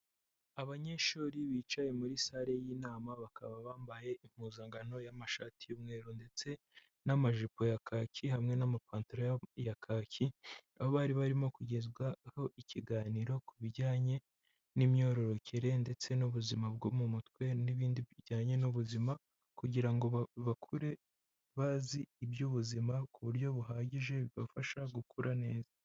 Abanyeshuri bicaye muri salle y'inama bakaba bambaye impuzangano y'amashati y'umweru ndetse n'amajipo ya kaki hamwe n'amapantaro ya kaki, aho bari barimo kugezwaho ikiganiro ku bijyanye n'imyororokere ndetse n'ubuzima bwo mu mutwe n'ibindi bijyanye n'ubuzima, kugira ngo bakure bazi iby'ubuzima ku buryo buhagije, bibafasha gukura neza.